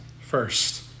first